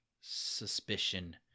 suspicion